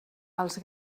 els